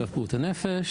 אגף בריאות הנפש.